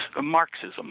Marxism